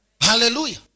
Hallelujah